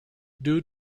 due